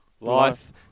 life